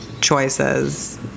choices